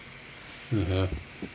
(uh huh)